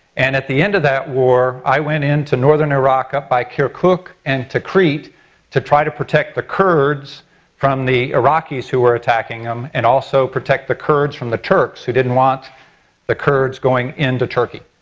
and at the end of that war, i went into northern iraq up by kirkuk and teccrete to try to protect the kurds from the iraqis who were attacking them and also protect the kurds from the turks, who didn't want the kurds going into turkey.